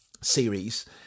series